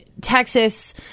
Texas